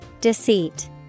Deceit